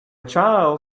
child